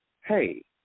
Hey